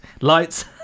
lights